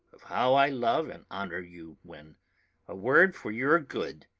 of how i love and honour you, when a word for your good,